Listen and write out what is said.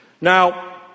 Now